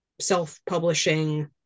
self-publishing